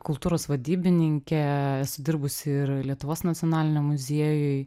kultūros vadybininkė esu dirbusi ir lietuvos nacionaliniam muziejuj